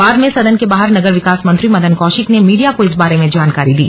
बाद में सदन के बाहर नगर विकास मंत्री मदन कौशिक ने मीडिया को इस बारे में जानकारी दी